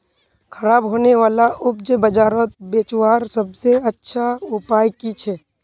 ख़राब होने वाला उपज बजारोत बेचावार सबसे अच्छा उपाय कि छे?